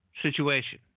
situation